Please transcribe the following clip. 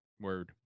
Word